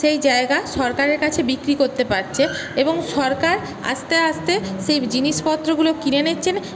সেই জায়গা সরকারের কাছে বিক্রি করতে পারছে এবং সরকার আস্তে আস্তে সেই জিনিসপত্রগুলো কিনে নিচ্ছেন